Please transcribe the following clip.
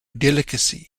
delicacy